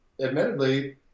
admittedly